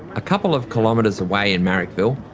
a couple of kilometres away in marrickville,